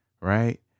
right